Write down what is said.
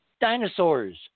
dinosaurs